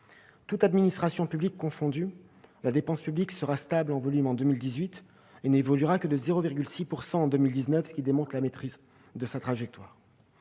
Toutes administrations publiques confondues, la dépense publique sera stable en volume en 2018 et n'évoluera que de 0,6 % en 2019, ce qui démontre la maîtrise de sa trajectoire.